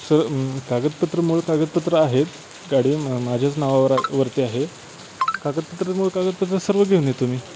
sir कागदपत्रं मूळ कागदपत्रं आहेत गाडी माझ्याच नावा वरती आहे कागदपत्रं मूळ कागदपत्रं सर्व घेऊन येतो मी